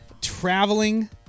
traveling